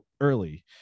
early